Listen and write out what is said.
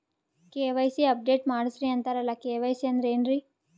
KYC update ಮಾಡಸ್ರೀ ಅಂತರಲ್ಲ KYC ಅಂದ್ರ ಏನ್ರೀ?